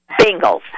Bengals